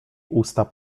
usta